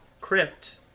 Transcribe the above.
crypt